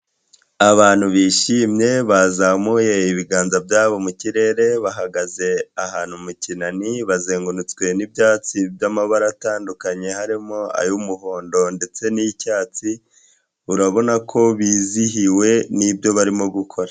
Abantu bishimye bazamuye ibiganza byabo mu kirere, bahagaze ahantu mu kinani bazengurutswe n'ibyatsi by'amabara atandukanye, harimo ay'umuhondo ndetse n'icyatsi. Urabona ko bizihiwe n’ibyo barimo gukora.